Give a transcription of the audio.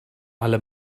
alle